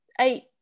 eight